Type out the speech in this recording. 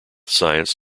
science